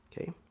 Okay